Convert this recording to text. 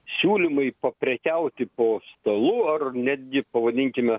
siūlymai paprekiauti po stalu ar netgi pavadinkime